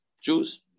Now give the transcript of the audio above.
Jews